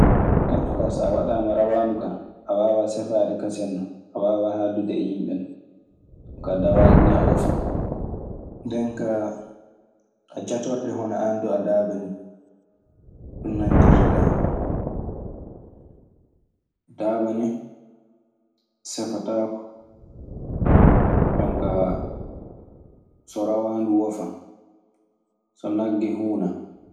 Neɗɗo kaa so waɗaama rawaandu kaa, a waawaa safaade kasen non. A waawaa haaldude e yimɓe non. Ɗun kaa dawaaɗi ɗii, a wafan. Nden kaa, a jatorte hono aan du a daaba nii. Ɗun nanngirteɗaa. Daaba ne sefataako. Jonkaa so rawaandu wafan, so nagge huunan.